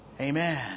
Amen